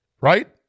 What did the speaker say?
Right